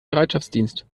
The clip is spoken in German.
bereitschaftsdienst